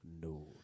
No